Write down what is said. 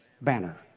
Banner